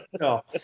No